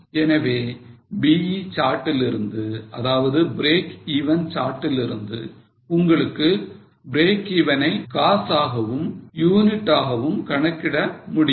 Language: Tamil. எனவே BE chart லிருந்து அதாவது break even chart லிருந்து உங்களுக்கு breakeven ஐ காசாகும் யூனிட் ஆகவும் கணக்கிட முடியும்